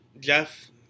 Jeff